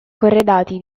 corredati